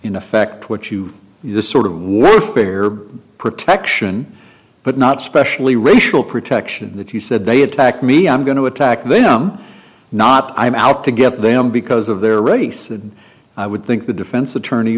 in effect what you see the sort of one player protection but not specially racial protection that you said they attacked me i'm going to attack them not i'm out to get them because of their race and i would think the defense attorney